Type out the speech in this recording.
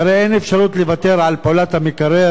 שהרי אין אפשרות לוותר על פעולת המקרר,